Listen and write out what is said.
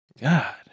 God